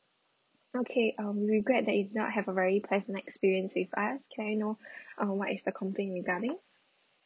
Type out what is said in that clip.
okay um we regret that you did not have a very pleasant experience with us can I know uh what is the complaint regarding